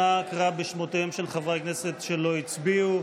נא קרא בשמותיהם של חברי הכנסת שלא הצביעו.